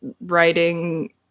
writing